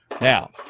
Now